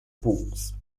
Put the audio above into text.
books